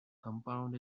compound